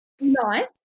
nice